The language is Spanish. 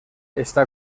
está